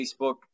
Facebook